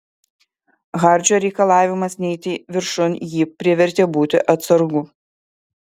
hardžio reikalavimas neiti viršun jį privertė būti atsargų